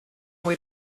away